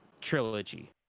trilogy